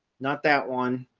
not that one,